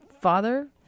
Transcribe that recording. father